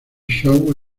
show